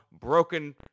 broken